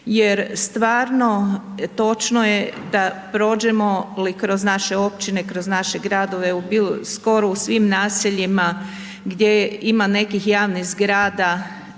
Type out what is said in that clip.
jer stvarno točno je da prođemo li kroz naše općine, kroz naše gradove u bilo, skoro u svim naseljima gdje ima nekih javnih zgrada